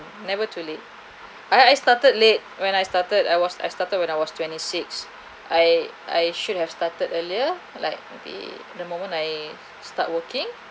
never too late I I started late when I started I was I started when I was twenty six I I should have started earlier like be the moment I start working